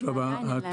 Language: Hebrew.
עדיין אין להם אבא.